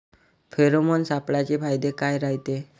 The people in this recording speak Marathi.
फेरोमोन सापळ्याचे फायदे काय रायते?